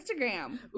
Instagram